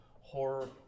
horror